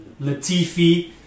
Latifi